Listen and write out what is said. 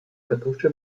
kartusche